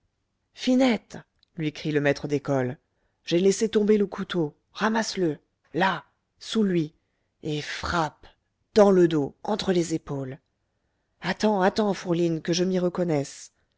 finette lui crie le maître d'école j'ai laissé tomber le couteau ramasse le là sous lui et frappe dans le dos entre les épaules attends attends fourline que je m'y reconnaisse